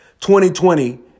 2020